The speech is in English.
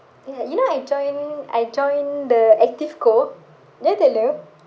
ya you know I join I join the activ-co did I tell you